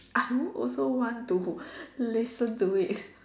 I won't also want to listen to it